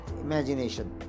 imagination